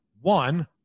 one